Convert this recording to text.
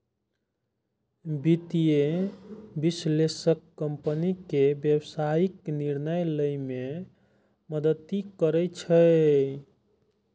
वित्तीय विश्लेषक कंपनी के व्यावसायिक निर्णय लए मे मदति करै छै